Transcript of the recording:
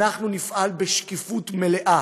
אנחנו נפעל בשקיפות מלאה.